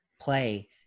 play